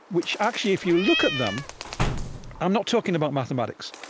which actually, if you look at them i'm not talking about mathematics.